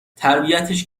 تربیتش